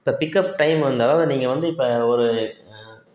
இப்போ pickup time வந்து அதாவது நீங்கள் வந்து இப்போ ஒரு